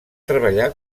treballar